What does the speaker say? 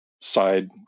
side